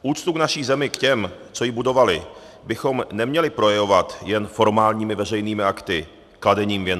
Úctu k naší zemi, k těm, co ji budovali, bychom neměli projevovat jen formálními veřejnými akty, kladením věnců.